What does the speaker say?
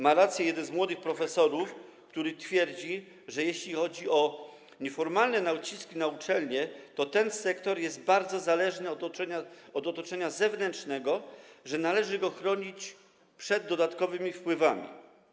Ma rację jeden z młodych profesorów, który twierdzi, że jeśli chodzi o nieformalne naciski na uczelnie, to ten sektor jest tak bardzo zależny od otoczenia zewnętrznego, że należy go chronić przed dodatkowymi wpływami.